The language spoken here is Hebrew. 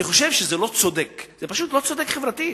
אני חושב שזה לא צודק, זה פשוט לא צודק חברתית.